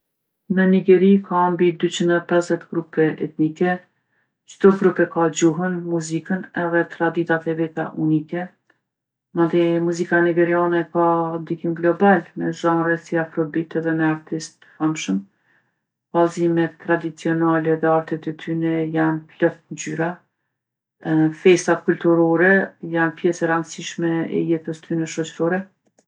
Në Nigeri ka mbi dyqin e pezdhet grupe etnike. Çdo grup e ka gjuhën, muzikën edhe traditat e veta unike. Mandej muzika nigeriane ka ndikim global në zhanret si afrobit edhe me artistë t'famshëm. Vallzimet tradicionale dhe artet e tyne janë plot ngjyra. Festat kulturore janë pjese e randsishme e jetës tyne shoqrore.